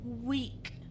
weak